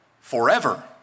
forever